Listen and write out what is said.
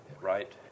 right